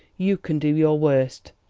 you can do your worst,